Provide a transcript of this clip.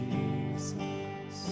Jesus